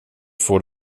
får